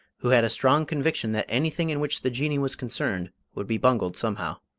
who had a strong conviction that anything in which the jinnee was concerned would be bungled somehow.